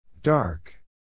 Dark